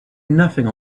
nothing